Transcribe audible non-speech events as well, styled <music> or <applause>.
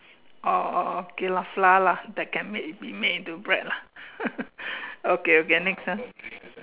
oh oh okay lah flour lah that can make be made into bread lah <laughs> okay next one